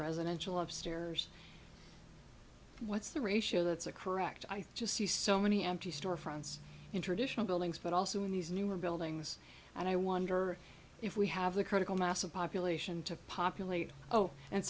residential upstairs what's the ratio that's a correct i just see so many empty storefronts international buildings but also in these newer buildings and i wonder if we have the critical mass of population to populate oh and